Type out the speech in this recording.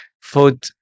food